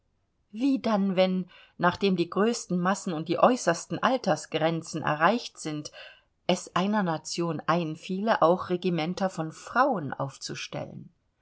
wie dann wenn nachdem die größten massen und die äußersten altersgrenzen erreicht sind es einer nation einfiele auch regimenter von frauen aufzustellen